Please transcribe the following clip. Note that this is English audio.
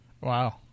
Wow